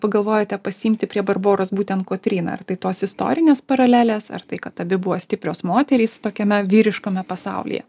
pagalvojote pasiimti prie barboros būtent kotryną ar tai tos istorinės paralelės ar tai kad abi buvo stiprios moterys tokiame vyriškame pasaulyje